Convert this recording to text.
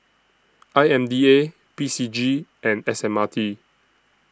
I M D A P C G and S M R T